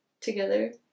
together